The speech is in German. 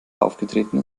aufgetreten